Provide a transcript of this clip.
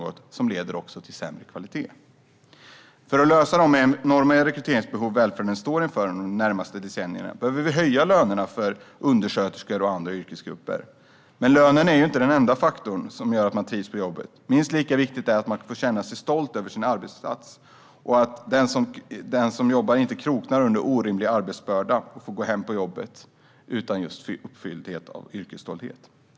Det är något som också leder till en sämre kvalitet. För att lösa de enorma rekryteringsbehov välfärden står inför under de närmaste decennierna behöver vi höja lönerna för undersköterskor och andra yrkesgrupper. Lönen är dock inte den enda faktor som avgör om man trivs på jobbet. Minst lika viktigt är att man får känna sig stolt över sin arbetsinsats. Den som kroknar under en orimlig arbetsbörda går inte hem från jobbet uppfylld av just yrkesstolthet.